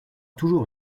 toujours